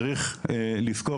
צריך לזכור